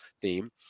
theme